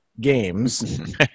Games